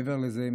מעבר לזה,